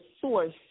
source